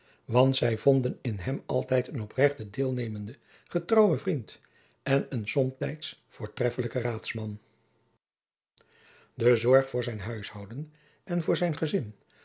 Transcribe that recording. want zij vonden in hem altijd een oprechten deelnemenden getrouwen vriend en een somtijds voortreffelijken raadsman de zorg voor zijn huishouden en voor zijn gezin